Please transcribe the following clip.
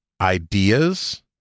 ideas